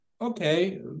Okay